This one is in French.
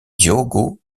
diogo